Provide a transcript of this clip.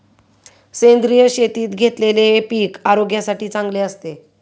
सेंद्रिय शेतीत घेतलेले पीक आरोग्यासाठी चांगले असते